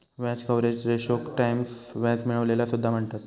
व्याज कव्हरेज रेशोक टाईम्स व्याज मिळविलेला सुद्धा म्हणतत